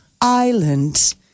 island